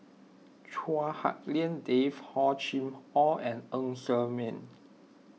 Chua Hak Lien Dave Hor Chim or and Ng Ser Miang